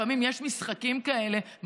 לפעמים יש משחקים כאלה,